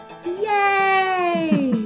Yay